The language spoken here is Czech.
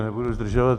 Nebudu zdržovat.